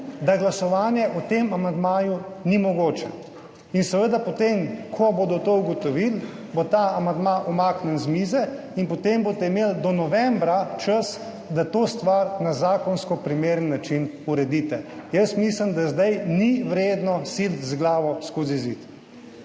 da glasovanje o tem amandmaju ni mogoče. In, seveda, potem ko bodo to ugotovili, bo ta amandma umaknjen z mize in boste imeli do novembra čas, da to stvar na zakonsko primeren način uredite. Mislim, da zdaj ni vredno siliti z glavo skozi zid.